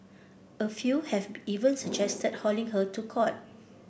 a few have even suggested hauling her to court